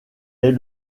est